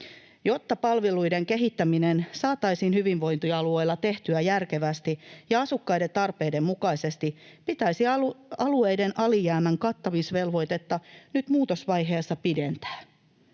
Jotta palveluiden kehittäminen saataisiin hyvinvointialueilla tehtyä järkevästi ja asukkaiden tarpeiden mukaisesti, pitäisi alueiden alijäämän kattamisvelvoitetta nyt muutosvaiheessa pidentää.